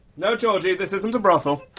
no, georgie, this isn't a brothel.